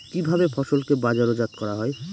কিভাবে ফসলকে বাজারজাত করা হয়?